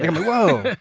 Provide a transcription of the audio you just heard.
and whoa,